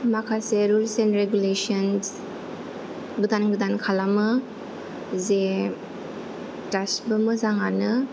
माखासे rules and regulation गोदान गोदान खालामो जे गासिबो मोजाङानो